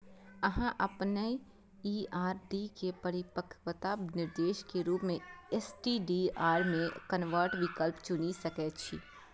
अहां अपन ई आर.डी के परिपक्वता निर्देश के रूप मे एस.टी.डी.आर मे कन्वर्ट विकल्प चुनि सकै छी